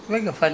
no lah